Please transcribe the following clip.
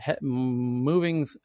Moving